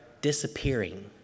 disappearing